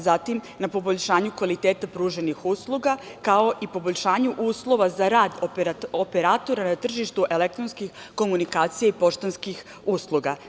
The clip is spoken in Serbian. Zatim, na poboljšanju kvaliteta pruženih usluga, kao i poboljšanju uslova za rad operatora na tržištu elektronskih komunikacija i poštanskih usluga.